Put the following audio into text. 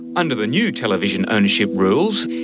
under the new television ownership rules,